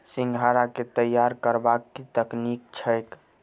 सिंघाड़ा केँ तैयार करबाक की तकनीक छैक?